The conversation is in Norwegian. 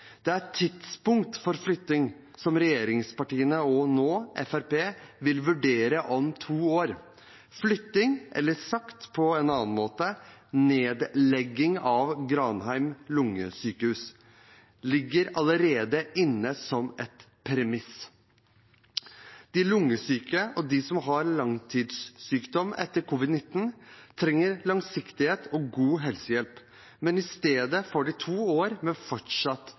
Det er tidspunkt for flytting som regjeringspartiene, og nå Fremskrittspartiet, vil vurdere om to år. Flytting – eller sagt på en annen måte: nedlegging – av Granheim lungesykehus ligger allerede inne som et premiss. De lungesyke, og de som har langtidssykdom etter covid-19, trenger langsiktighet og god helsehjelp, men i stedet får de to år med fortsatt